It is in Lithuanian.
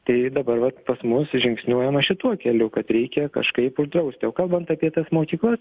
tai dabar vat pas mus žingsniuojama šituo keliu kad reikia kažkaip uždrausti o kalbant apie tas mokyklas